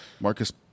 Marcus